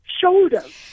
shoulders